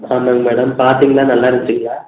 ஆமாங்க மேடம் பார்த்திங்னா நல்லா இருப்பீங்களா